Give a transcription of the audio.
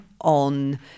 on